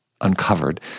uncovered